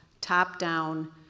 top-down